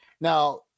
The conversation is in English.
now